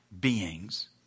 beings